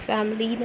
Family